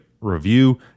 review